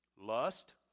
lust